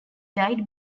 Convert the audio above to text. died